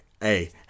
Hey